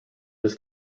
this